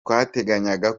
twateganyaga